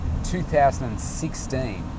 2016